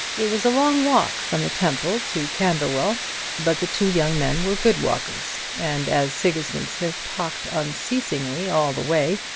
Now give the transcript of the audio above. it was a long walk from the temple to camberwell but the two young men were good walkers, and as sigismund smith talked unceasingly all the way,